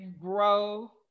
grow